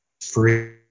free